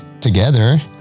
together